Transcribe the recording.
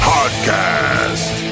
Podcast